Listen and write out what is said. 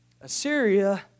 Assyria